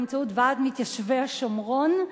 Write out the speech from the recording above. באמצעות ועד מתיישבי השומרון,